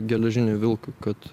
geležiniui vilkui kad